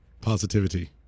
Positivity